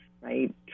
right